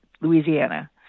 Louisiana